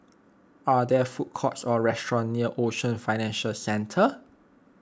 are there food courts or restaurants near Ocean Financial Centre